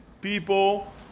people